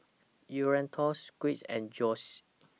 Eduardo Squires and Joyce